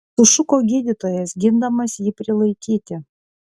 sušuko gydytojas gindamas jį prilaikyti